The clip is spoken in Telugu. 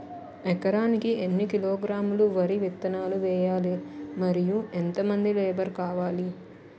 ఎకరానికి ఎన్ని కిలోగ్రాములు వరి విత్తనాలు వేయాలి? మరియు ఎంత మంది లేబర్ కావాలి?